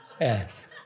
Yes